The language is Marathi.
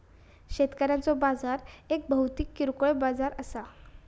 शेतकऱ्यांचो बाजार एक भौतिक किरकोळ बाजार असा